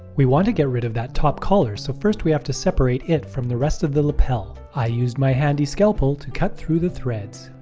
we want to get rid of that top collar so first we have to separate it from the rest of the lapel. i used my handy scalpel to cut through the threads.